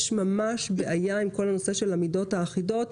יש ממש בעיה עם כל הנושא של המידות האחידות,